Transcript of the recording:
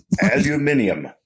Aluminium